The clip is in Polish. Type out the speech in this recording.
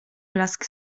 blask